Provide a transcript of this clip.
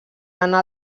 anar